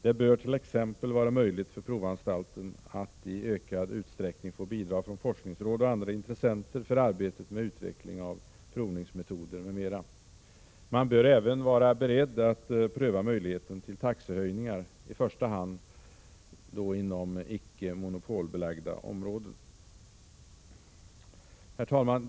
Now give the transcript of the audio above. Det bör t.ex. vara möjligt för provningsanstalten att i ökad utsträckning få bidrag från forskningsråd och andra intressenter för arbetet med utveckling av provningsmetoder m.m. Man bör även vara beredd att pröva möjligheten till taxehöjningar, i första hand inom icke monopolbelagda områden. Herr talman!